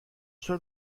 sur